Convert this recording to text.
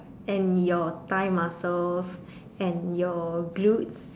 and your thigh muscles and your glutes